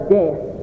death